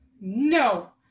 No